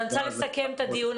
אני רוצה לסכם את הדיון.